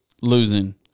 losing